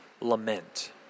Lament